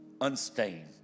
unstained